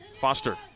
Foster